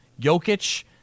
Jokic